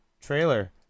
trailer